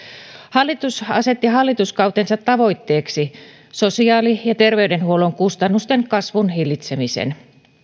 hallitus asetti hallituskautensa tavoitteeksi sosiaali ja terveydenhuollon kustannusten kasvun hillitsemisen